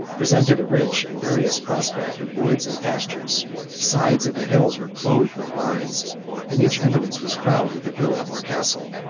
presented a rich and various prospect of woods and pastures the sides of the hills were clothed with vines and each eminence was crowned with a villa or castle.